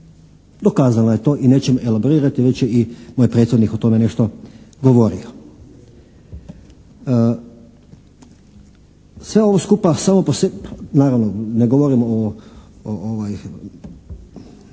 Dokazala je to i nećemo elaborirati, već je i moj prethodnih o tome nešto govorio. Sve ovo skupa samo po sebi, naravno ne govorimo o